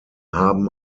haben